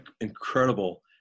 incredible